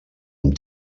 amb